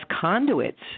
conduits